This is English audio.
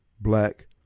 black